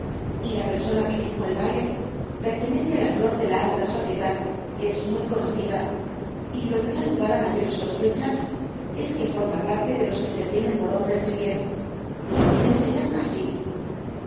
y la persona que firmó el vale pertenece á la flor de la alta sociedad es muy conocida y lo que da lugar á mayores sospechas es que forma parte de los que se tienen por hombres de bien y á quienes se llama así